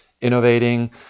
innovating